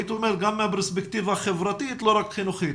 הייתי אומר גם מהפרספקטיבה החברתית ולא רק חינוכית.